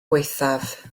gwaethaf